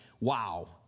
wow